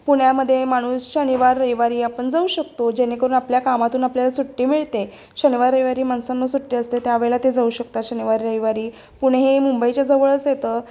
पुण्यामध्ये माणूस शनिवार रविवारी आपण जाऊ शकतो जेणेकरून आपल्या कामातून आपल्याला सुट्टी मिळते शनिवार रविवारी माणसांना सुट्टी असते त्यावेळेला ते जाऊ शकतात शनिवार रविवारी पुणे हे मुंबईच्या जवळच येतं